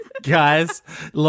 Guys